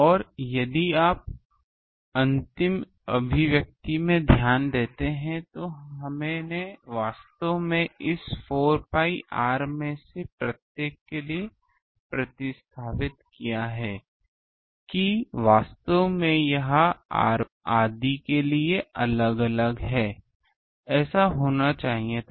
और यदि आप अंतिम अभिव्यक्ति में ध्यान देते हैं तो हमने वास्तव में इस 4 pi r में से प्रत्येक के लिए प्रतिस्थापित किया है कि वास्तव में यह r 1 r 2 आदि के लिए अलग अलग है ऐसा होना चाहिए था